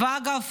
ואגב,